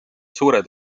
suured